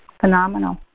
phenomenal